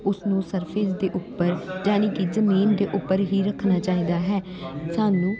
ਉਸਨੂੰ ਸਰਫੇਸ ਦੇ ਉੱਪਰ ਜਾਨੀ ਕਿ ਜ਼ਮੀਨ ਦੇ ਉੱਪਰ ਹੀ ਰੱਖਣਾ ਚਾਹੀਦਾ ਹੈ ਸਾਨੂੰ